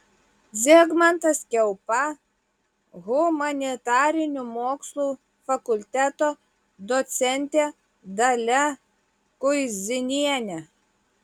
zigmantas kiaupa humanitarinių mokslų fakulteto docentė dalia kuizinienė